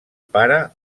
pare